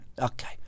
Okay